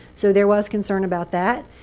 so there was concern about that.